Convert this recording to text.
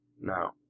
Now